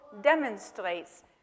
demonstrates